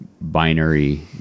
binary